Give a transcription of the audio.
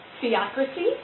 Theocracy